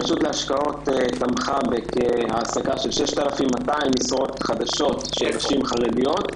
הרשות להשקעות תמכה בהעסקה של 6,200 משרות חדשות של נשים חרדיות.